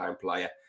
player